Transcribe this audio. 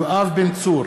יואב בן צור,